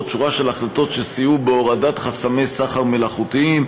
שורה של החלטות שסייעו בהורדת חסמי סחר מלאכותיים,